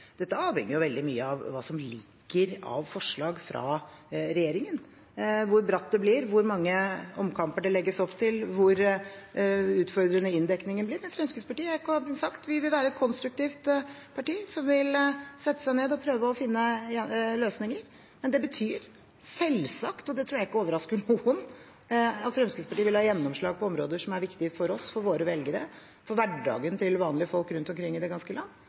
Dette avhenger veldig mye av hva som ligger av forslag fra regjeringen, hvor bratt det blir, hvor mange omkamper det legges opp til, hvor utfordrende inndekningen blir. Fremskrittspartiet vil som sagt være et konstruktivt parti som vil sette seg ned og prøve å finne løsninger, men det betyr selvsagt – og det tror jeg ikke overrasker noen – at Fremskrittspartiet vil ha gjennomslag på områder som er viktige for oss, for våre velgere, for hverdagen til vanlige folk rundt omkring i det ganske land.